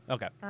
Okay